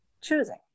choosing